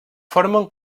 formen